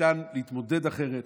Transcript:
ניתן להתמודד אחרת,